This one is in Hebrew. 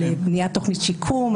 של בניית תוכנית שיקום.